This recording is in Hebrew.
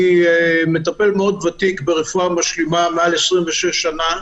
אני מטפל מאוד ותיק ברפואה משלימה, מעל 26 שנים,